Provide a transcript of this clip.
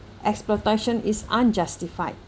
exploitation is unjustified